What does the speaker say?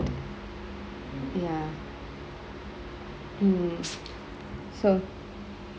ya mm so